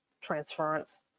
transference